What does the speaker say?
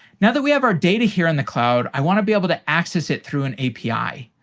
now that we have our data here on the cloud, i want to be able to access it through an api.